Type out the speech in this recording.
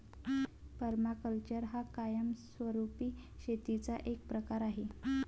permaculture हा कायमस्वरूपी शेतीचा एक प्रकार आहे